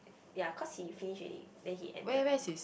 ya cause he finish already then he ended